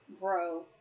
grow